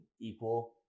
equal